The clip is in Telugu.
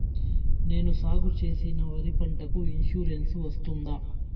నేను సాగు చేసిన వరి పంటకు ఇన్సూరెన్సు వస్తుందా?